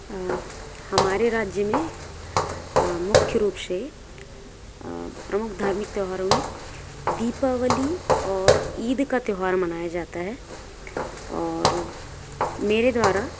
हमारे राज्य में मुख्य रूप से प्रमुख धार्मिक त्यौहारों में दीपावली और ईद का त्यौहार मनाया जाता है और मेरे द्वारा